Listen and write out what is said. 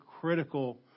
critical